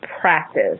practice